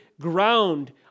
ground